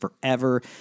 forever